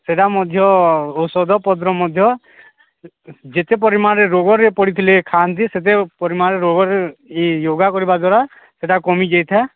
ସେଟା ମଧ୍ୟ ଔଷଧ ପତ୍ର ମଧ୍ୟ ଯେତେ ପରିମାଣରେ ରୋଗରେ ପଡ଼ିଥିଲେ ଖାଆନ୍ତି ସେତେ ପରିମାଣରେ ରୋଗରେ ୟୋଗା କରିବା ଦ୍ୱାରା ସେଟା କମିଯାଇଥାଏ